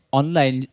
online